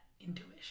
intuition